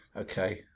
Okay